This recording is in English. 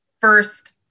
first